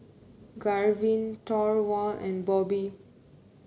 Garvin Thorwald and Bobby